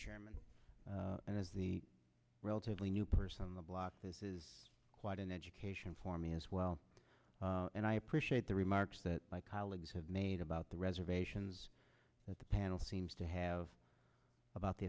chairman and as the relatively new person on the block this is quite an education for me as well and i appreciate the remarks that my colleagues have made about the reservations that the panel seems to have about the